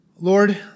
Lord